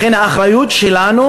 לכן האחריות שלנו